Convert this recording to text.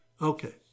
Okay